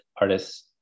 artists